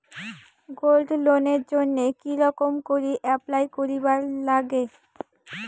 Gold লোনের জইন্যে কি রকম করি অ্যাপ্লাই করিবার লাগে?